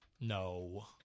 No